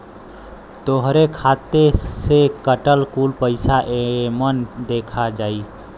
तोहरे खाते से कटल कुल पइसा एमन देखा जाई